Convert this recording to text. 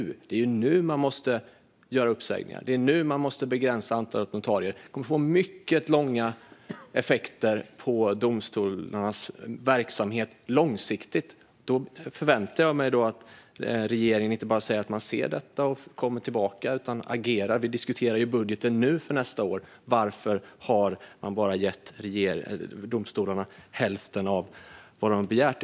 Det är ju nu man måste göra uppsägningar. Det är nu man måste begränsa antalet notarier. Detta kommer att få mycket långsiktiga effekter på domstolarnas verksamhet. Då förväntar jag mig att regeringen inte bara säger att man ser detta och att man kommer tillbaka utan att man också agerar. Vi diskuterar ju budgeten nu för nästa år. Varför har man bara gett domstolarna hälften av vad de har begärt?